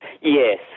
Yes